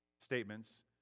statements